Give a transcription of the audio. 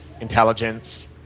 intelligence